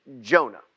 Jonah